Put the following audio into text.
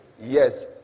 Yes